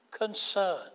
concern